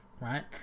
right